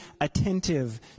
attentive